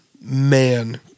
man